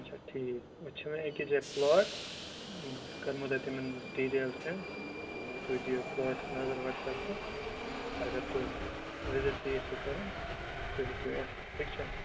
اچھا ٹھیٖک اسہِ چھُ وۅنۍ أکِس جایہِ پُلاٹ بہٕ کَرہو تۅہہِ تِمَن ہٕنٛز ڈِٹیل سینٛڈ تُہۍ دِیو اتھ پُلاٹس نَطر وَٹٕس اَپ پیٚٹھ اگر تُہی وِزٹ تہِ یژھِو کَرُن تُہی ہیٚکِو یِتھ